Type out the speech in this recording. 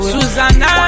Susanna